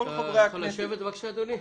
חברי הכנסת --- אתה יכול לשבת אדוני?